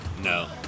No